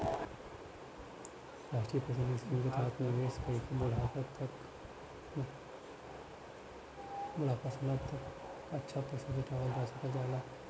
राष्ट्रीय pension scheme के तहत निवेश कइके बुढ़ापा क समय तक अच्छा पैसा जुटावल जा सकल जाला